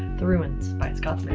the ruins by scott smith.